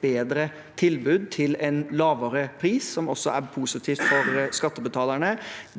bedre tilbud til en lavere pris, noe som også er positivt for skattebetalerne.